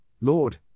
Lord